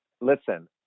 Listen